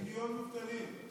מיליון מובטלים.